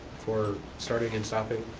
for starting and stopping.